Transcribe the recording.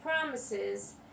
promises